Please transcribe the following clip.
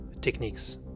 techniques